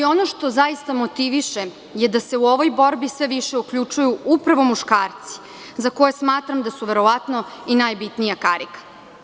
Ono što zaista motiviše je da se u ovoj borbi sve više uključuju upravo muškarci, za koje smatram da su verovatno i najbitnija karika.